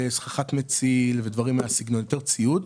סככת מציל ודברים כאלה שהם יותר ציוד.